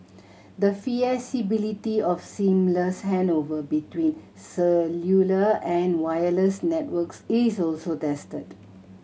the feasibility of seamless handover between cellular and wireless networks is also tested